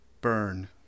burn